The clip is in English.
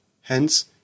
Hence